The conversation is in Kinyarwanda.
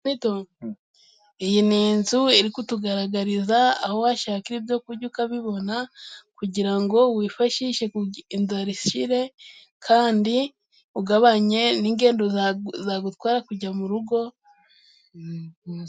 Iyi ni inzu iri kutugaragariza aho washakira ibyo kurya ukabibona kugira ngo wifashishe kugira inzara ishire kandi ugabanye n'ingendo zagutwara kujya mu rugo.